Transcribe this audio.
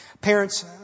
Parents